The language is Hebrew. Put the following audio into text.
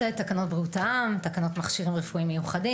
תקנות בריאות העם (מכשירים רפואיים מיוחדים).